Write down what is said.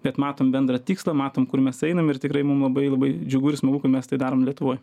bet matom bendrą tikslą matom kur mes einam ir tikrai mum labai labai džiugu ir smagu kad mes tai darom lietuvoj